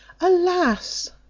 alas